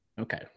Okay